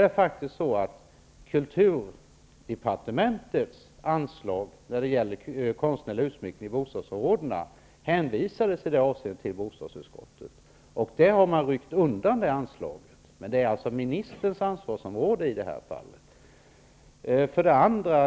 Men kulturdepartementets anslag när det gäller konstnärlig utsmyckning i bostadsområdena hänvisades faktiskt till bostadsutskottet. Detta anslag har ryckts undan. Men det är alltså ministerns ansvarsområde i detta fall.